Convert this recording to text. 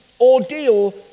ordeal